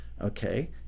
Okay